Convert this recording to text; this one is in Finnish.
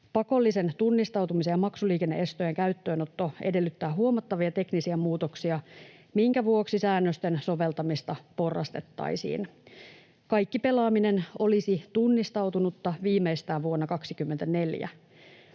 Pakollisen tunnistautumisen ja maksuliikenne-estojen käyttöönotto edellyttää huomattavia teknisiä muutoksia, minkä vuoksi säännösten soveltamista porrastettaisiin. Kaikki pelaaminen olisi tunnistautunutta viimeistään vuonna 24.